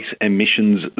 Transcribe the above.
Emissions